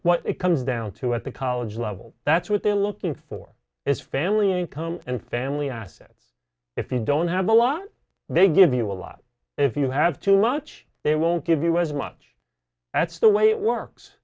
what it comes down to at the college level that's what they're looking for is family income and family assets if you don't have a lot they give you a lot if you have too much they won't give you as much as the way it works